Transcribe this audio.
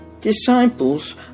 Disciples